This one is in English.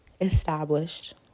established